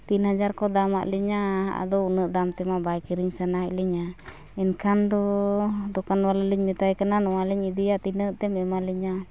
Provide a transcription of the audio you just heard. ᱛᱤᱱ ᱦᱟᱡᱟᱨ ᱠᱚ ᱫᱟᱢ ᱟᱫ ᱞᱤᱧᱟᱹ ᱟᱫᱚ ᱩᱱᱟᱹᱜ ᱫᱟᱢ ᱛᱮᱢᱟ ᱵᱟᱭ ᱠᱤᱨᱤᱧ ᱥᱟᱱᱟᱭᱮᱫ ᱞᱤᱧᱟᱹ ᱢᱮᱱᱠᱷᱟᱱ ᱫᱚ ᱫᱚᱠᱟᱱ ᱵᱟᱞᱟ ᱞᱤᱧ ᱢᱮᱛᱟᱭ ᱠᱟᱱᱟ ᱱᱚᱣᱟ ᱞᱤᱧ ᱤᱫᱤᱭᱟ ᱛᱤᱱᱟᱹᱜ ᱛᱮᱢ ᱮᱢᱟ ᱞᱤᱧᱟᱹ